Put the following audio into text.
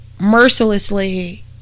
mercilessly